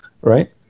Right